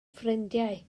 ffrindiau